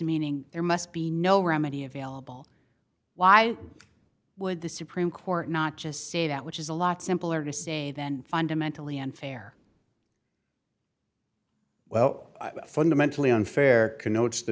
meaning there must be no remedy available why would the supreme court not just say that which is a lot simpler to say then fundamentally unfair well fundamentally unfair connotes the